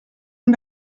une